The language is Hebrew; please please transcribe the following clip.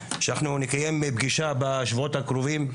שאנחנו נקיים פגישה בשבועות הקרובים,